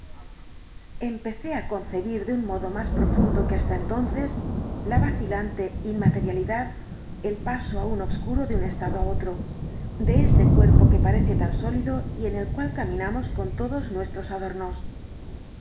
empecé á concebir de un modo más profundo que hasta entonces la vacilante inmaterialidad el paso aún obscuro de un estado á otro de ese cuerpo que parece tan sólido y en el cual caminamos con todos nuestros adornos